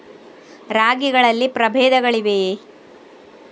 ರಾಗಿಗಳಲ್ಲಿ ಪ್ರಬೇಧಗಳಿವೆಯೇ?